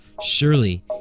Surely